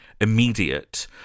immediate